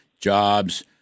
jobs